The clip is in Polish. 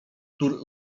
który